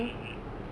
ya